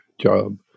job